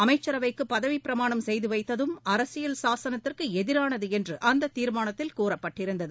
அமைச்சரவைக்கு பதவிப்பிரமாணம் செய்து வைத்ததும் அரசியல் சாசனத்திற்கு எதிரானது என்று அந்த தீர்மானத்தில் கூறப்பட்டுருந்தது